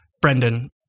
Brendan